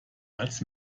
als